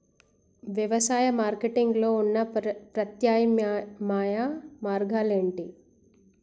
వ్యవసాయ మార్కెటింగ్ లో ఉన్న ప్రత్యామ్నాయ మార్గాలు ఏమిటి?